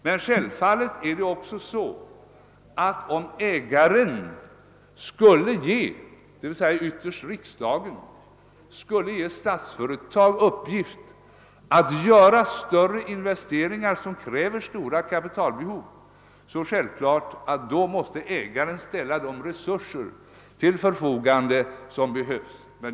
Men om ägaren — d.v.s. ytterst riksdagen — skulle ge Statsföretag i uppgift att göra investeringar som medför mycket stora kapitalbehov, måste ägaren självfallet också ställa de resurser till förfogande som behövs.